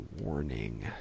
warning